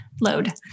Load